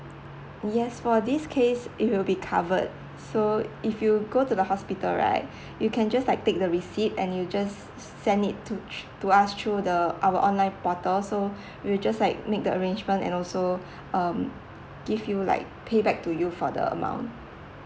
yes for this case it will be covered so if you go to the hospital right you can just like take the receipt and you just send it to through to us through the our online portal so we just like make the arrangement and also um give you like payback to you for the amount